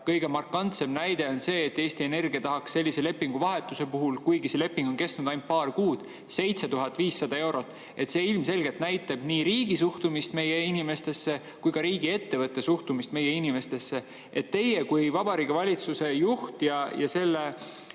kõige markantsem näide on see, et Eesti Energia tahaks sellise lepinguvahetuse puhul, kuigi leping on kestnud ainult paar kuud, 7500 eurot. See ilmselgelt näitab nii riigi suhtumist meie inimestesse kui ka riigiettevõtte suhtumist meie inimestesse. Teie kui Vabariigi Valitsuse juht ja